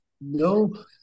no